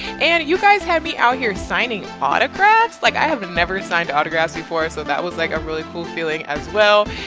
and you guys had me out here signing autographs. like i have never signed autographs before. so that was like a really cool feeling as well.